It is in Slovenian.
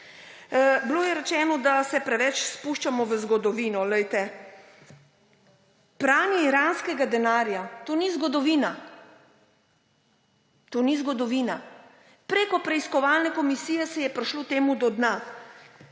Bilo je rečeno, da se preveč spuščamo v zgodovino. Glejte, pranje iranskega denarja ni zgodovina. To ni zgodovina. Preko preiskovalne komisije se je prišlo temu do dna.